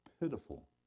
pitiful